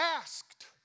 asked